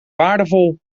waardevol